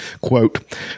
quote